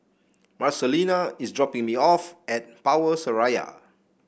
Marcelina is dropping me off at Power Seraya